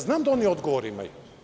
Znam da oni odgovor imaju.